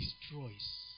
destroys